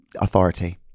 authority